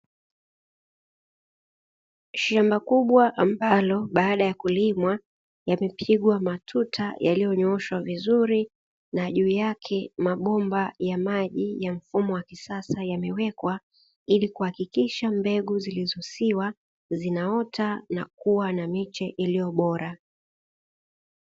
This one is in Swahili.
Shamba kubwa ambalo baada ya kulimwa, yamepigwa matuta yaliyonyooshwa vizuri, na juu yake mabomba ya maji ya mfumo wa kisasa yamewekwa, ili kuhakikisha mbegu zilizosiwa zinaota na kuwa na miche iliyo bora.